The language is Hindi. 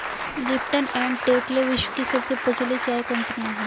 लिपटन एंड टेटले विश्व की सबसे प्रचलित चाय कंपनियां है